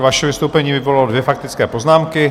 Vaše vystoupení vyvolalo dvě faktické poznámky.